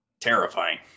Terrifying